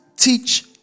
teach